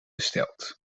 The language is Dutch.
besteld